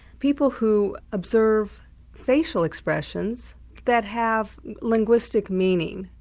people who observe facial expressions that have linguistic meaning,